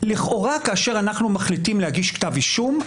לכאורה כאשר אנחנו מחליטים להגיש כתב אישום,